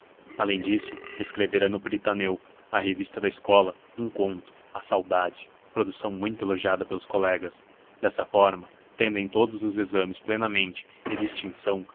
além disso escrevera no pritaneu a revista da escola um conto a saudade produção muito elogiada pelos colegas dessa forma tendo em todos os exames plenamente e distinção